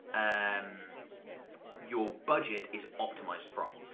and your budget is optimised from.